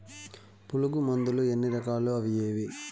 పులుగు మందులు ఎన్ని రకాలు అవి ఏవి?